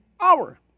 hour